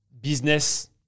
business